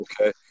Okay